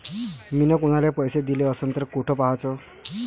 मिन कुनाले पैसे दिले असन तर कुठ पाहाचं?